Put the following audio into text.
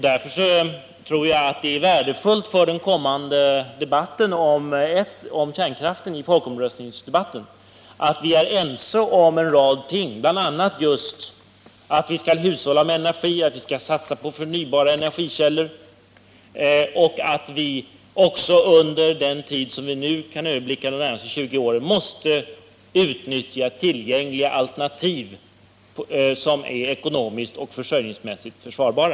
Därför tror jag att det är värdefullt för den kommande folkomröstningsdebatten om kärnkraften att vi är ense om en rad ting, bl.a. just att vi skall hushålla med energi, satsa på förnybara energikällor samt också, under den tid som vi kan överblicka, de närmaste 20 åren, utnyttja tillgängliga alternativ som är ekonomiskt och försörjningsmässigt försvarbara.